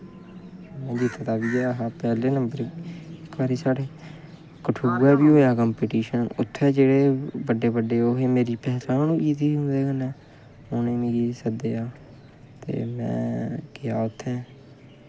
में जित्ते दा बी हा पैह्ले नंबर घर साढ़े कठुऐ बी होआ कंपिटीशन उत्थै जाइयै बड्डे बड्डे ओह् हे मेरी पैह्चान होई गेदी ही उं'दे कन्नै उ'नैं मिगी सद्देआ ते में गेआ उत्थै